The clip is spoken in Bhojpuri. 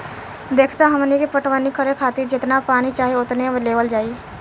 देखऽ हमनी के पटवनी करे खातिर जेतना पानी चाही ओतने लेवल जाई